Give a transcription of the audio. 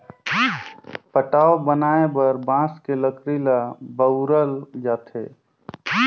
पटाव बनाये बर बांस के लकरी ल बउरल जाथे